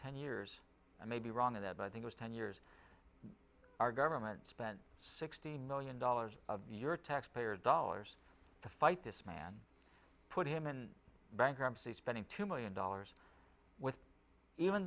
ten years i may be wrong in that i think was ten years our government spent sixteen million dollars of your taxpayer dollars to fight this man put him in bankruptcy spending two million dollars with even